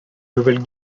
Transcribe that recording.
nouvelle